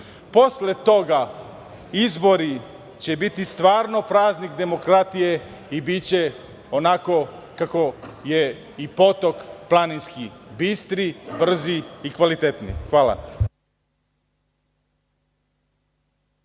Posle toga izbori će biti stvarno praznik demokratije i biće onako kakav je i potok planinski – bistri, brzi i kvalitetni. Hvala.